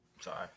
sorry